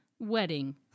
Wedding